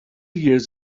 years